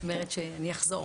אני אחזור,